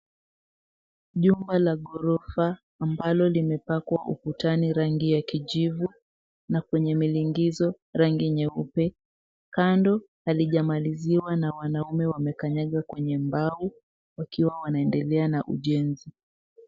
Jengo la gorofa lililopakwa rangi ya kijivu kwenye kuta na rangi nyeupe kwenye milingizo, linaonekana halijakamilika, huku wanaume wakikanyaga mbao wakiendelea na kazi ya ujenzi.